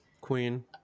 Queen